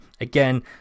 again